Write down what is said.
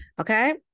Okay